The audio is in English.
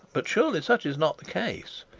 but surely such is not the case.